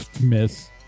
miss